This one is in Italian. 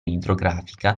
idrografica